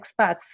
expats